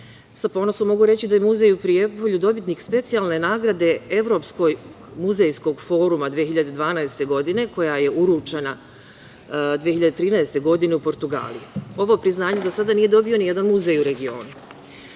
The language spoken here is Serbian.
Sa ponosom mogu reći da je muzej u Prijepolju dobitnik specijalne nagrade Evropskog muzejskog foruma 2012. godine, a koja je uručena 2013. godine u Portugaliji. Ovo priznanje do sada nije dobio nijedan muzej u regionu. Takođe,